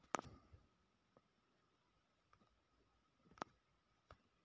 गेहूँ में कितने दिनों बाद पानी दिया जाता है?